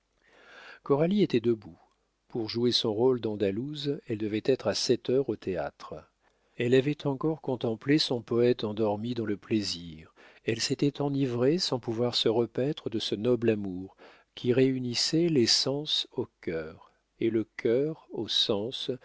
florine coralie était debout pour jouer son rôle d'andalouse elle devait être à sept heures au théâtre elle avait encore contemplé son poète endormi dans le plaisir elle s'était enivrée sans pouvoir se repaître de ce noble amour qui réunissait les sens au cœur et le cœur aux sens